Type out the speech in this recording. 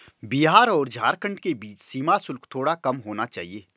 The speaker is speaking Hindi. बिहार और झारखंड के बीच सीमा शुल्क थोड़ा कम होना चाहिए